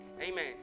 amen